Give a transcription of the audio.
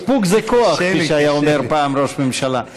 איפוק זה כוח, כפי שהיה אומר פעם ראש ממשלה.